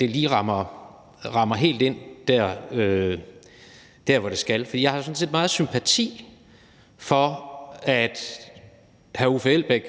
det lige rammer helt der, hvor det skal. For jeg har jo sådan set meget sympati for, at hr. Uffe Elbæk